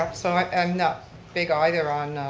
um so i'm not big either on